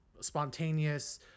spontaneous